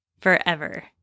forever